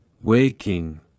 waking